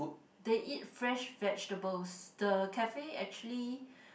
they eat fresh vegetables the cafe actually